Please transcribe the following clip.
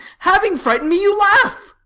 having frightened me, you laugh!